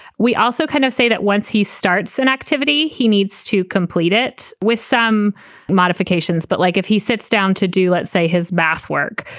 we also kind of say that once he starts an activity, he needs to complete it with some modifications. but like if he sits down to do, let's say, his math work,